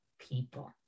people